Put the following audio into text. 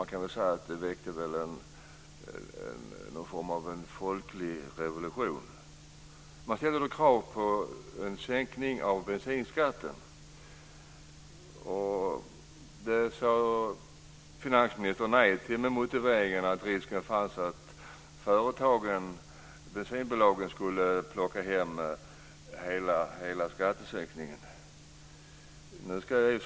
Man kan säga att det väckte någon form av folklig revolution. Man ställde då krav på en sänkning av bensinskatten. Det sade finansministern nej till med motiveringen att risken fanns att bensinbolagen skulle plocka hem hela skattesänkningen.